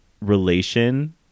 relation